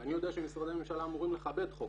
ואני יודע שמשרדי ממשלה אמורים לכבד חוק